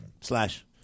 Slash